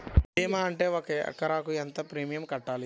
భీమా ఉంటే ఒక ఎకరాకు ఎంత ప్రీమియం కట్టాలి?